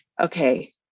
okay